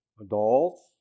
adults